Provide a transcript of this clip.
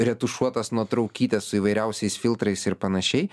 retušuotas nuotraukytes su įvairiausiais filtrais ir panašiai